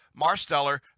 Marsteller